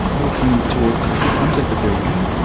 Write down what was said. walking towards the front of the building.